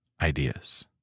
ideas